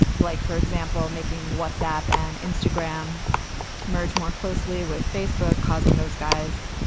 blake, for example, making whatsapp an instagram merge more closely with facebook, causing those guys,